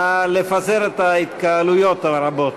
נא לפזר את ההתקהלויות הרבות.